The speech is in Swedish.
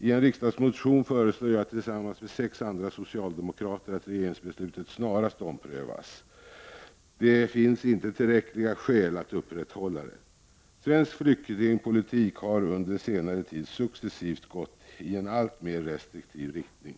I en riksdagsmotion föreslår jag tillsammans med sex andra socialdemokrater att regeringsbeslutet snarast omprövas, det finns nämligen inte tillräckliga skäl att upprätthålla det. Svensk flyktingpolitik har under senare tid successivt gått i en alltmer restriktiv riktning.